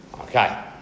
Okay